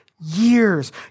years